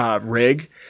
rig